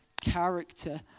character